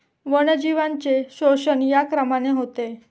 वन्यजीवांचे शोषण या क्रमाने होते